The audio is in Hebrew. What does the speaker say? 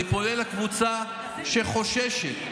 אני פונה לקבוצה שחוששת,